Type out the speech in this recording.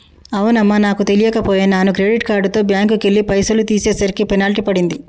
అవునమ్మా నాకు తెలియక పోయే నాను క్రెడిట్ కార్డుతో బ్యాంకుకెళ్లి పైసలు తీసేసరికి పెనాల్టీ పడింది